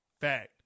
fact